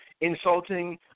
insulting